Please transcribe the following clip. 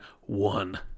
one